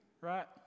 right